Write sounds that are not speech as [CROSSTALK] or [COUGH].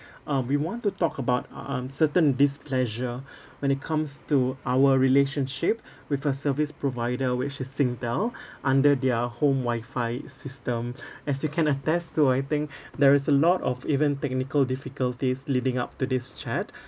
[BREATH] uh we want to talk about uh um uncertain displeasure [BREATH] when it comes to our relationship [BREATH] with a service provider which is Singtel [BREATH] under their home wifi system [BREATH] as you can attest to I think [BREATH] there is a lot of even technical difficulties leading up to this chat [BREATH]